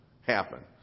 happen